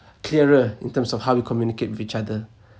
clearer in terms of how we communicate with each other